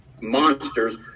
monsters